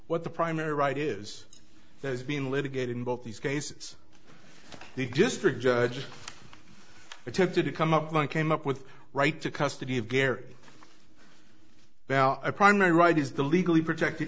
what the primary right is that has been litigated in both these cases the district judge attempted to come up one came up with right to custody of gary now a primary right is the legally protected